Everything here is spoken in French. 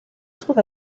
trouve